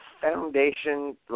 foundation